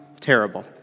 Terrible